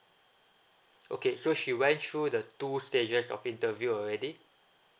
okay so she went through the two stages of interview already